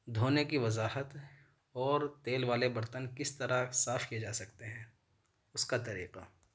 دھونے کی وضاحت اور تیل والے برتن کس طرح صاف کیے جا سکتے ہیں اس کا طریقہ